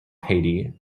haiti